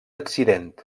accident